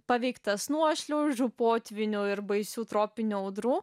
paveiktas nuošliaužų potvynių ir baisių tropinių audrų